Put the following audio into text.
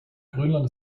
grönland